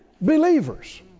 believers